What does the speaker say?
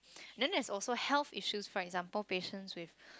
then there's also health issues for example patients with